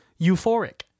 euphoric